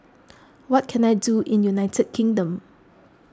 what can I do in United Kingdom